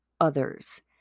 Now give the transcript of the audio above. others